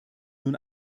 nun